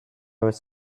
was